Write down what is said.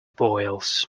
boils